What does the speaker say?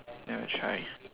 never try